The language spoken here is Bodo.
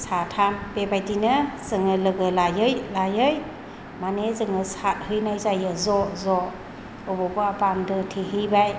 साथाम बेबायदिनो जोङो लोगो लायै लायै माने जोङो सारहैनाय जायो ज' ज' बबेयावबा बान्दो थेहैबाय